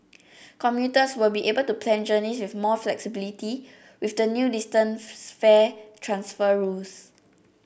commuters will be able to plan journeys with more flexibility with the new distance fare transfer rules